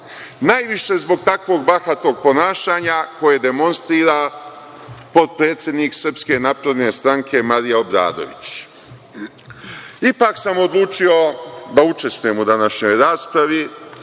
Najviše zbog takvog bahatog ponašanja koje demonstrira potpredsednik SNS Marija Obradović. Ipak sam odlučio da učestvujem u današnjoj raspravi